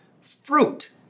Fruit